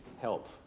help